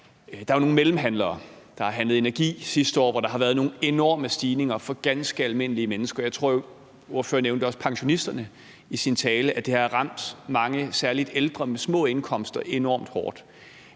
Der er jo nogle mellemhandlere, der har handlet energi sidste år, hvor der har været nogle enorme stigninger for ganske almindelige mennesker. Jeg tror også, ordføreren nævnte pensionisterne i sin tale, altså at det har ramt mange, særlig ældre med små indkomster, enormt hårdt.